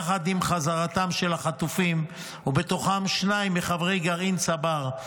יחד עם חזרתם של החטופים ובהם שניים מחברי גרעין צבר,